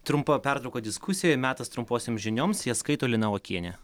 trumpa pertrauka diskusijoj metas trumposioms žinioms jie skaito lina okienė